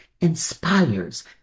inspires